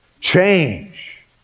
Change